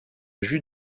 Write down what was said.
jus